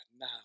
now